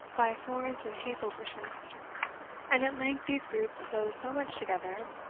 by thorns and hazel bushes and at length these groups closed so much together,